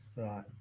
Right